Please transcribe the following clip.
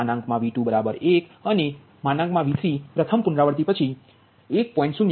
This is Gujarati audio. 05 V21 અને V3 પ્રથમ પુનરાવૃત્તિ પછી 1